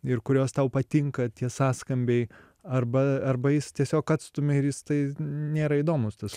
ir kurios tau patinka tie sąskambiai arba arba jis tiesiog atstumia ir jis tai nėra įdomus tas